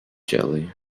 jelly